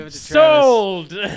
Sold